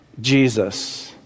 Jesus